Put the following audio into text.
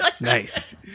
nice